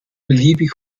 beliebig